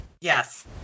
Yes